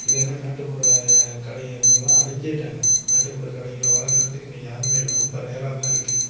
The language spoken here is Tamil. இல்லைனா நாட்டுப்புற கலைஞர்கள்லாம் அழிஞ்சிட்டாங்க நாட்டுப்புற கலைஞர்களை வளர்க்குறத்துக்கு இன்றைக்கி யாரும் இல்லை ரொம்ப ரேராக தான் இருக்குது